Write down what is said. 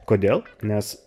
kodėl nes